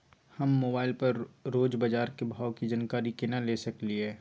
हम मोबाइल पर रोज बाजार के भाव की जानकारी केना ले सकलियै?